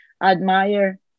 Admire